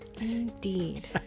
Indeed